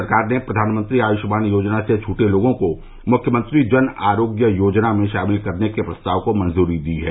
सरकार ने प्रधानमंत्री आयुष्मान योजना से छूटे लोगों को मुख्यमंत्री जन आरोग्य योजना में शामिल करने के प्रस्ताव को मंजूरी दी है